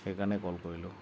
সেই কাৰণে কল কৰিলোঁ